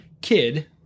kid